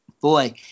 Boy